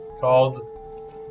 Called